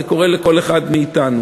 זה קורה לכל אחד מאתנו.